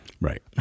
right